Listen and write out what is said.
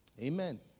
Amen